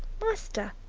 master,